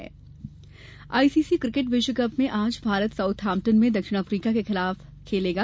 cricket विश्वकप ICC cricket विश्व cup में आज भारत साउथैम्पटन में दक्षिण अफ्रीका के खिलाफ खेलेगा